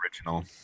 original